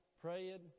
praying